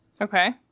Okay